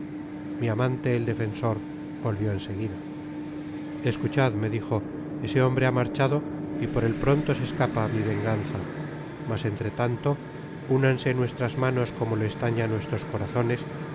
mi amante defensor volvió en seguida escuchad me dijo ese hombre ha marchado y por el pronto se escapa á mi venganza mas entretanto únanse nuestras manos como lo están ya nuestros corazones